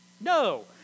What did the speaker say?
No